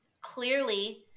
clearly